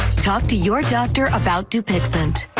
talk to your doctor about to pick cent.